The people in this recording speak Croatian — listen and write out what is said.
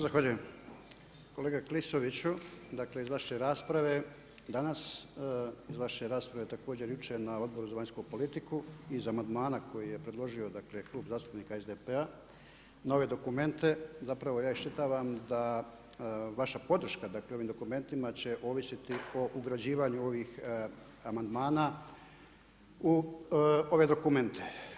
Zahvaljujem kolega Klisovuću, dakle, iz vaše rasprave danas i vaše rasprave također jučer na Odboru za vanjsku politiku iz amandmana koji je predložio Klub zastupnika SDP-a na ove dokumente ja iščitavam, da vaša podrška u ovim dokumentima će ovisiti o ugrađivanju ovih amandmana u ove dokumente.